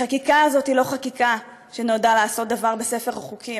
החקיקה הזאת היא לא חקיקה שנועדה לעשות דבר בספר החוקים,